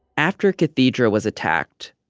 after cathedra was attacked,